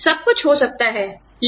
सब कुछ हो सकता है ठीक है